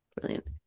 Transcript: Brilliant